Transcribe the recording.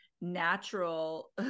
natural